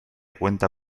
cuenta